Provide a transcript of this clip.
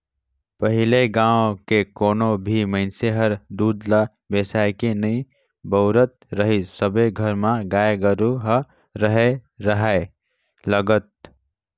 पहिले गाँव के कोनो भी मइनसे हर दूद ल बेसायके नइ बउरत रहीस सबे घर म गाय गोरु ह रेहे राहय लगत